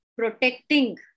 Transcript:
protecting